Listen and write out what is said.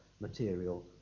material